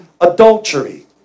adultery